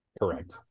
Correct